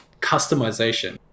customization